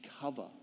cover